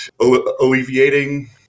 alleviating